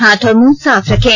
हाथ और मुंह साफ रखें